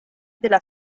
della